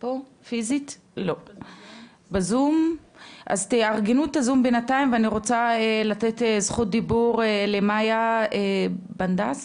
אז תארגנו את הזום בינתיים ואני רוצה לתת זכות דיבור למאיה בנדס,